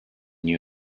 new